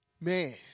Man